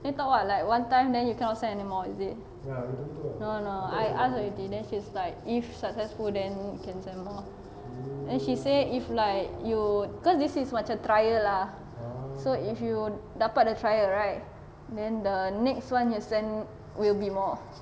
you thought what like one time then you cannot send anymore is it no no I ask already then she is like if successful then can send more then she say if like you cause this is macam trial lah so if you dapat the trial right then the next one you send will be more